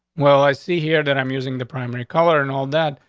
well, i see here that i'm using the primary color and all that.